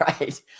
right